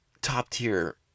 top-tier